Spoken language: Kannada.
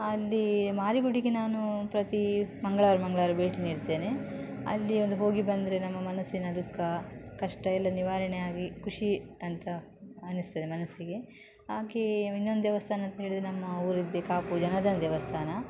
ಅಲ್ಲಿ ಮಾರಿಗುಡಿಗೆ ನಾನು ಪ್ರತಿ ಮಂಗಳವಾರ ಮಂಗಳವಾರ ಭೇಟಿ ನೀಡ್ತೇನೆ ಅಲ್ಲಿ ಒಂದು ಹೋಗಿ ಬಂದರೆ ನಮ್ಮ ಮನಸ್ಸಿನ ದುಃಖ ಕಷ್ಟ ಎಲ್ಲ ನಿವಾರಣೆ ಆಗಿ ಖುಷಿ ಅಂತ ಅನ್ನಿಸ್ತದೆ ಮನಸ್ಸಿಗೆ ಹಾಗೆ ಇನ್ನೊಂದು ದೇವಸ್ಥಾನ ಅಂತ ಹೇಳಿದರೆ ನಮ್ಮ ಊರಿದ್ದು ಕಾಪು ಜನಾರ್ಧನ ದೇವಸ್ಥಾನ